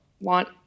want